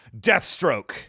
Deathstroke